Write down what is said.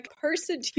person